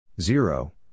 Zero